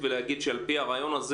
הם מדברים בעד עצמם ואפשר לתקוף אותם.